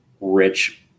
rich